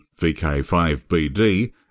VK5BD